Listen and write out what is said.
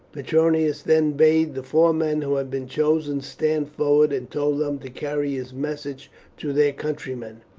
petronius then bade the four men who had been chosen stand forward, and told them to carry his message to their countrymen.